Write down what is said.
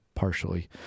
partially